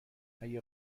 اگه